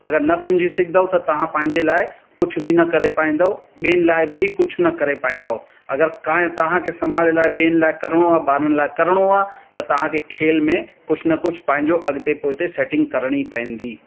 अगरि न सम्झी सघंदव त तव्हां पंहिंजे लाइ कुझु बि न करे पाईंदव ॿियनि लाइ बि कुझु न करे पाईंदव अगरि काए तव्हांखे समाज लाइ ॿियनि लाइ करिणो आहे ॿारनि लाइ करिणो आहे त तव्हांखे खेल में कुछ न कुझु पंहिंजो अॻिते पोइते सैटिंग करिणी पवंदी